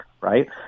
right